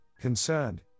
concerned